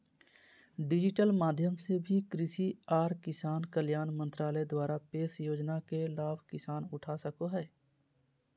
digital माध्यम से भी कृषि आर किसान कल्याण मंत्रालय द्वारा पेश योजना के लाभ किसान उठा सको हय